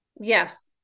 Yes